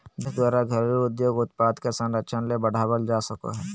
देश द्वारा घरेलू उद्योग उत्पाद के संरक्षण ले बढ़ावल जा सको हइ